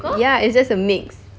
ya it's just a mix